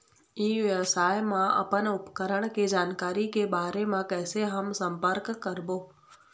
ई व्यवसाय मा अपन उपकरण के जानकारी के बारे मा कैसे हम संपर्क करवो?